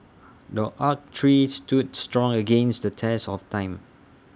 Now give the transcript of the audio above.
the oak tree stood strong against the test of time